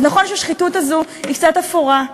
אז נכון שהשחיתות הזו היא קצת אפורה,